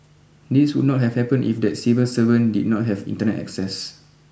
this would not have happened if that civil servant did not have Internet access